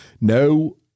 No